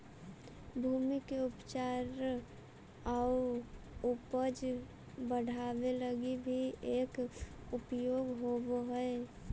भूमि के उपचार आउ उपज बढ़ावे लगी भी एकर उपयोग होवऽ हई